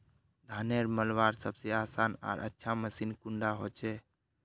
धानेर मलवार सबसे आसान आर अच्छा मशीन कुन डा होचए?